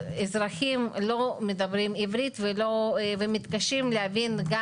אזרחים לא מדברים עברית ומתקשים להבין גם